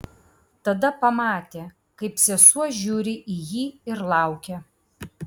tada pamatė kaip sesuo žiūri į jį ir laukia